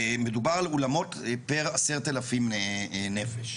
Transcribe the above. מדובר על אולמות פר עשרת אלפים נפש.